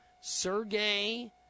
Sergey